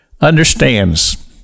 understands